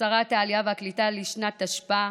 שרת העלייה והקליטה לשנת תשפ"א.